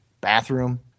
bathroom